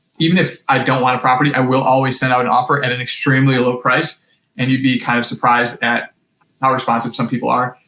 even if i don't want a property, i will always send out an offer at an extremely low price and you'd be kind of surprised at how responsive some people are.